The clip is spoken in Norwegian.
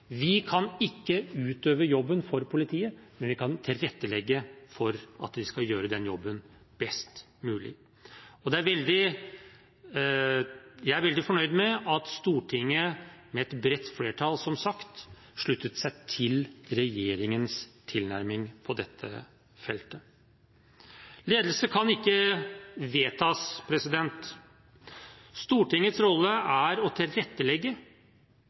Vi kan ikke utøve jobben for politiet, men vi kan tilrettelegge for at de skal gjøre den jobben best mulig. Jeg er veldig fornøyd med at Stortinget, med et bredt flertall, sluttet seg til regjeringens tilnærming på dette feltet. Ledelse kan ikke vedtas. Stortingets rolle er å tilrettelegge